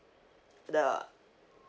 the